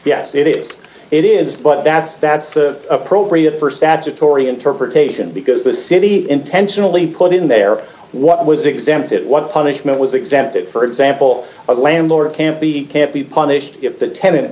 yes it is it is but that's that's the appropriate for statutory interpretation because the city intentionally put in there what was exempted what punishment was exempted for example of a landlord can't be can't be punished if the tenant